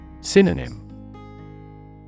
Synonym